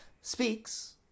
speaks